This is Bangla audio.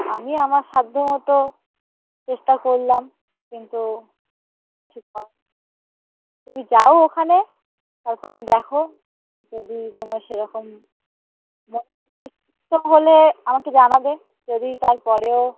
আমি আমার সাধ্য মতো চেষ্টা করলাম কিন্তু কিছু কারণ তুমি যাও ওখানে তারপরে দেখো যদি তোমার সেরকম হলে আমাকে জানাবে যদি তারপরেও